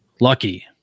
lucky